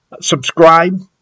Subscribe